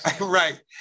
right